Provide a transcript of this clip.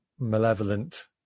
malevolent